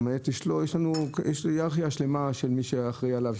יש היררכיה שלמה של מי שאחראי עליו,